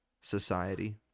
society